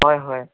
হয় হয়